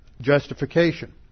justification